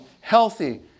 healthy